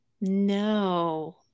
no